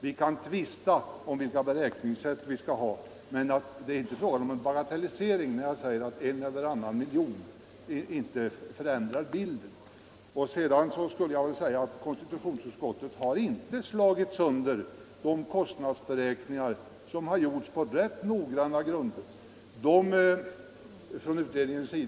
Vi kan tvista om vilka beräkningssätt vi skall använda, men det är inte fråga om bagatellisering när jag säger att en eller annan miljon inte förändrar bilden. Konstitutionsutskottet har inte slagit sönder de kostnadsberäkningar som utredningen har gjort på ganska noggranna grunder.